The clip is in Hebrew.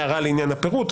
הערה לעניין הפירוט,